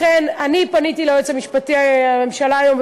לכן אני פניתי ליועץ המשפטי לממשלה היום,